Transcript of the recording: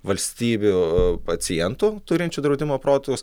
valstybių pacientų turinčių draudimo protus